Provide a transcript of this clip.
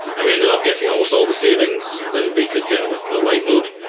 and we ended up getting almost all the savings that we could get with the lite mode.